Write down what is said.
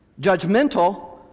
judgmental